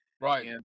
right